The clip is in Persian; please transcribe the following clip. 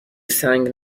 سنگ